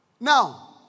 Now